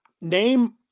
Name